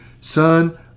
son